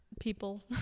people